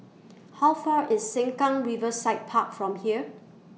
How Far IS Sengkang Riverside Park from here